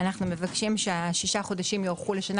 אנחנו מבקשים שישה חודשים יוארכו לשנה.